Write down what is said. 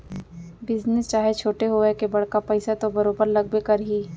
business चाहे छोटे होवय के बड़का पइसा तो बरोबर लगबे करही